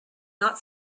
not